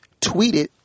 tweeted